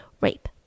rape